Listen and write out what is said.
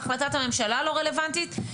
החלטת הממשלה לא רלוונטית,